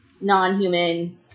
non-human